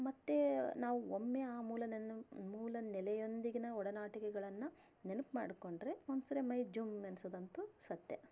ಮತ್ತೆ ನಾವು ಒಮ್ಮೆ ಆ ಮೂಲವನ್ನು ಮೂಲ ನೆಲೆಯೊಂದಿಗಿನ ಒಡನಾಟಿಕೆಗಳನ್ನು ನೆನಪು ಮಾಡಿಕೊಂಡ್ರೆ ಒಂದ್ಸರಿ ಮೈ ಜುಮ್ ಎನ್ಸೋದಂತು ಸತ್ಯ